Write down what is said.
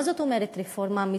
מה זאת אומרת רפורמה אמיתית?